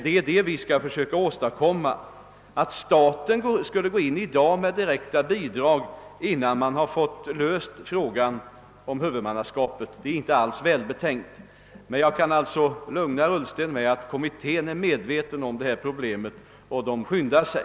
Att staten i dag skulle lämna direkta bidrag, innan frågan om huvudmannaskapet lösts, är inte välbetänkt. Jag kan alltså lugna herr Ullsten med att kommittén är medveten om detta problem och skyndar sig.